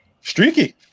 Streaky